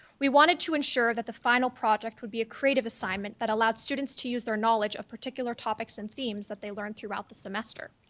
we wanted to ensure that the final project would be a creative assignment that allowed students to use their knowledge of particular topics and themes that they learned throughout the semester.